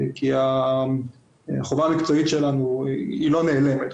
כי החובה המקצועית שלנו לא נעלמת.